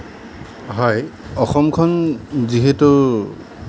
হয় অসমখন যিহেতু